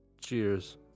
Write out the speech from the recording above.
Cheers